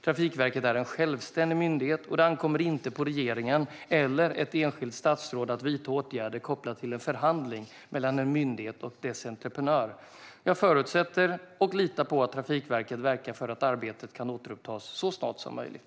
Trafikverket är en självständig myndighet, och det ankommer inte på regeringen eller ett enskilt statsråd att vidta åtgärder kopplat till en förhandling mellan en myndighet och dess entreprenör. Jag förutsätter och litar på att Trafikverket verkar för att arbetet kan återupptas så snart som möjligt.